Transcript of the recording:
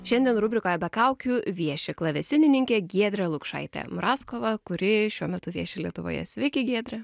šiandien rubrikoje be kaukių vieši klavesinininkė giedrė lukšaitė mrazkova kuri šiuo metu vieši lietuvoje sveiki giedre